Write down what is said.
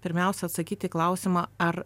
pirmiausia atsakyti į klausimą ar